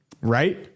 Right